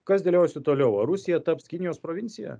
kas dėliojasi toliau ar rusija taps kinijos provincija